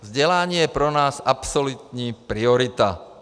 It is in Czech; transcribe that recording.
Vzdělání je pro nás absolutní priorita.